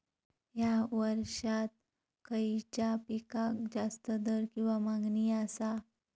हया वर्सात खइच्या पिकाक जास्त दर किंवा मागणी आसा?